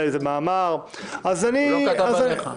היום איזה מאמר --- הוא לא כתב עליך.